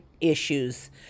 issues